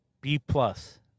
B-plus